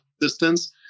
distance